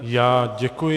Já děkuji.